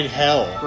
hell